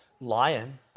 lion